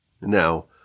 Now